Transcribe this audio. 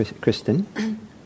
Kristen